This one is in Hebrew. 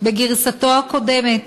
בגרסתו הקודמת,